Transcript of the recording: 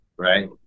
Right